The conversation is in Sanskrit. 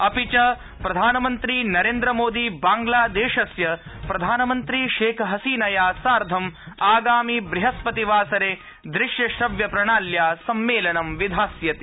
अपि च प्रधानमन्त्री नरेन्द्रमोदी बांग्लादेशस्य प्रधानमन्त्रि शेखहसीनया सार्धम् आगामि बृहस्पतिवासरे दृश्यश्रव्यप्रणाल्या सम्मेलनं विधास्यति